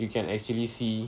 you can actually see